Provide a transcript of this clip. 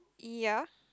ya